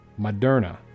Moderna